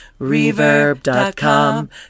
Reverb.com